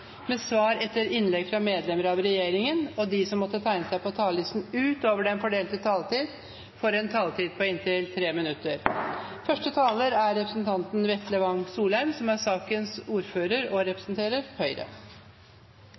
med svar etter innlegg fra medlemmer av regjeringen, og de som måtte tegne seg på talerlisten utover den fordelte taletid, får en taletid på inntil 3 minutter.